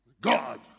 God